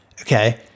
okay